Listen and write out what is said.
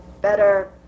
better